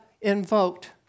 invoked